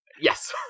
Yes